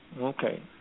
Okay